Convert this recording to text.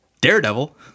Daredevil